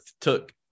took –